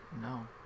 No